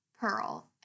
Pearl